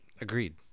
agreed